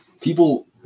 people